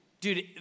dude